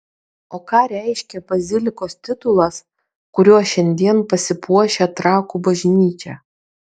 o ką reiškia bazilikos titulas kuriuo šiandien pasipuošia trakų bažnyčia